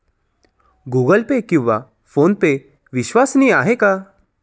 Google pay किंवा PhonePe विश्वसनीय आहेत का?